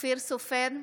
אופיר סופר,